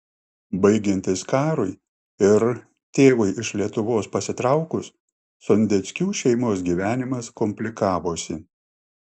baigiantis karui ir tėvui iš lietuvos pasitraukus sondeckių šeimos gyvenimas komplikavosi